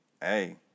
Hey